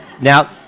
now